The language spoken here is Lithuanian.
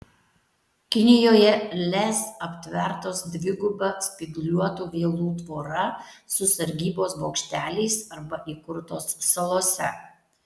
kinijoje lez aptvertos dviguba spygliuotų vielų tvora su sargybos bokšteliais arba įkurtos salose